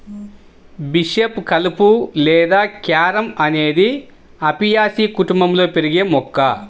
bishop కలుపు లేదా carom అనేది అపియాసి కుటుంబంలో పెరిగే మొక్క